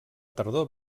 tardor